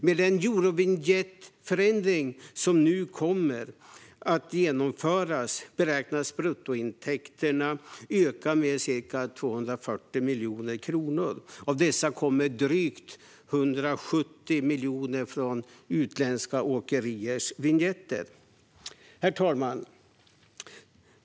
Med den Eurovinjettförändring som nu kommer att genomföras beräknas bruttointäkterna öka med ca 240 miljoner kronor. Av dessa kommer drygt 170 miljoner från utländska åkeriers vinjetter. Höjda och miljö-differentierade vägavgifter inom eurovinjettsamarbetet Herr talman!